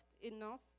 enough